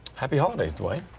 happy holidays, dwight.